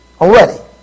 already